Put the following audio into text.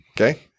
Okay